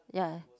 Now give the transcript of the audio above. ya